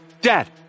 Dad